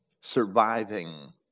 surviving